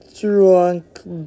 drunk